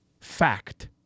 fact